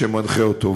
שמנחה אותו.